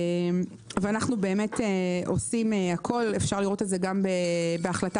אנחנו באמת עושים הכול ואפשר לראות את זה גם בהחלטה